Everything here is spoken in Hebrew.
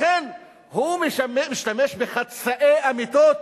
לכן הוא משתמש בחצאי אמיתות.